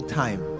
time